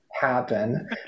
happen